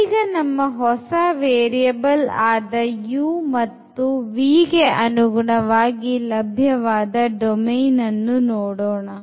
ಈಗ ನಮ್ಮ ಹೊಸ ವೇರಿಯಬಲ್ ಆದ u ಮತ್ತು v ಗೆ ಅನುಗುಣವಾಗಿ ಲಭ್ಯವಾದ ಡೊಮೇನ್ ಅನ್ನು ನೋಡೋಣ